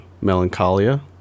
Melancholia